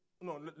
no